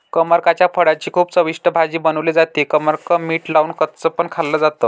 कमरकाच्या फळाची खूप चविष्ट भाजी बनवली जाते, कमरक मीठ लावून कच्च पण खाल्ल जात